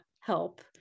help